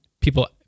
people